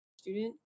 student